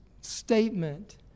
statement